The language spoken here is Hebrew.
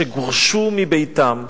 שגורשו מביתם,